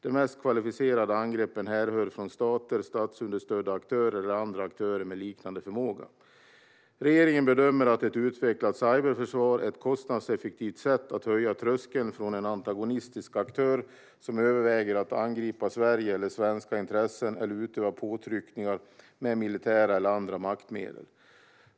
De mest kvalificerade angreppen härrör från stater, statsunderstödda aktörer eller andra aktörer med liknande förmåga. Regeringen bedömer att ett utvecklat cyberförsvar är ett kostnadseffektivt sätt att höja tröskeln för en antagonistisk aktör som överväger att angripa Sverige eller svenska intressen eller utöva påtryckningar med militära eller andra maktmedel.